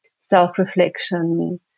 self-reflection